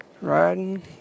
riding